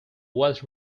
what